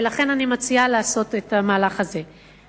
ולכן אני מציעה לעשות את המהלך הזה.